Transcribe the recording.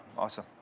awesome.